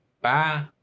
bye